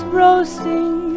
roasting